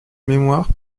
mémoire